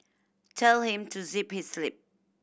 tell him to zip his lip